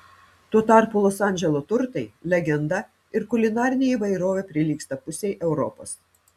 tuo tarpu los andželo turtai legenda ir kulinarinė įvairovė prilygsta pusei europos